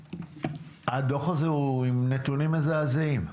הדוח הזה הוא עם נתונים מזעזעים.